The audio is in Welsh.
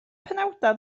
penawdau